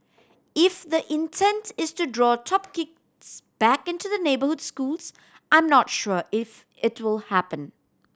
if the intent is to draw top kids back into the neighbour schools I'm not sure if it will happen